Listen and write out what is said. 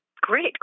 Great